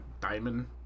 diamond